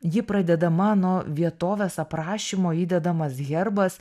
ji pradedama nuo vietovės aprašymo įdedamas herbas